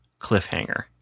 cliffhanger